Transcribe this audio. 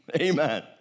amen